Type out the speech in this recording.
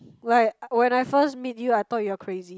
like when I first meet you I thought you are crazy